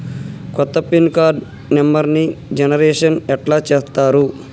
కొత్త pin card నెంబర్ని generation ఎట్లా చేత్తరు?